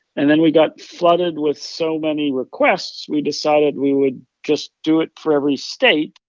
and then we got flooded with so many requests we decided we would just do it for every state,